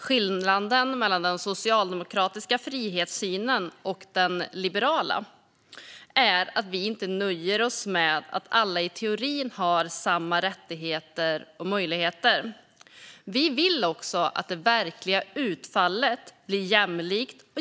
Skillnaden mellan den socialdemokratiska frihetssynen och den liberala är att vi inte nöjer oss med att alla i teorin har samma rättigheter och möjligheter. Vi vill också att det verkliga utfallet blir jämlikt.